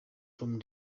from